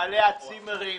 בעלי הצימרים,